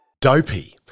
Dopey